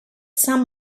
some